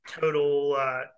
total